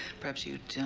perhaps you'd, um,